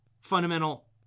fundamental